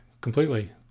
completely